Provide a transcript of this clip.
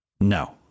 No